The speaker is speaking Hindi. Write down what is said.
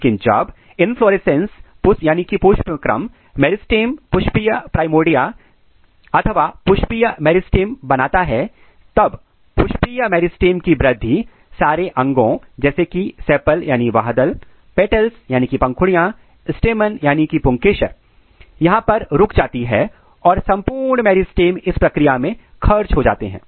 लेकिन जब इनफ्लोरेसेंस पुष्पक्रम मेरिस्टेम पुष्पीय प्राइमोर्डिया या अथवा पुष्पीय मेरिस्टेम बनाता है तब पुष्पीय मेरिस्टेम की वृद्धि सारे अंगों जैसे कि सेपल बाह्यदल पेटल्स पंखुड़ियों स्टेमैन पुंकेसर यहां पर रुक जाती है और संपूर्ण मेरिस्टेम इस प्रक्रिया में खर्च हो जाते हैं